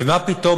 ומה פתאום,